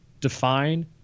define